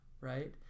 right